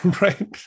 Right